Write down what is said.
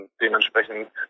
Dementsprechend